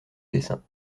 dessin